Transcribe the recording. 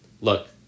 look